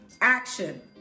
action